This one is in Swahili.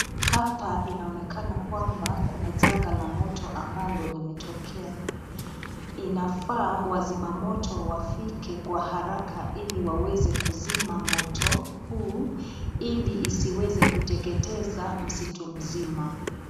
Hapa inaonekana kwamba kuna janga la moto ambalo limetokea. Inafaa wazima moto wafike kwa haraka ili waweze kuzima moto huu ili isiweze kuteketeza msitu mzima.